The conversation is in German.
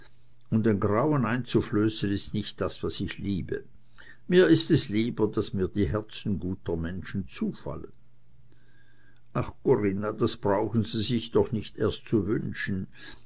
und ein grauen einzuflößen ist nicht das was ich liebe mir ist es lieber daß mir die herzen guter menschen zufallen ach corinna das brauchen sie sich doch nicht erst zu wünschen